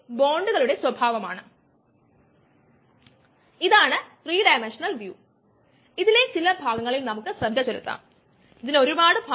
EtSKmSES നമ്മൾ നേരത്തെ കണ്ടു അതായത് ഉൽപന്ന രൂപീകരണത്തിന്റെ നിരക്ക് ഒരു മാസ്സിന്റെ തോത് അനുസരിച്ച് നോക്കുക ആണെൻകിൽ k3 ES വോളിയം ആണ്